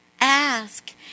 ask